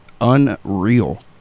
unreal